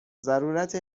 ضرورت